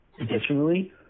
Additionally